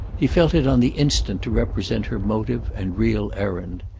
he felt it on the instant to represent her motive and real errand.